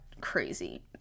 crazy